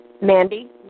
Mandy